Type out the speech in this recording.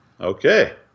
Okay